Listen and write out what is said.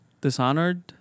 dishonored